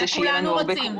זה כולנו רוצים.